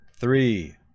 Three